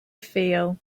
feel